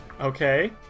Okay